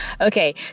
Okay